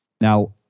Now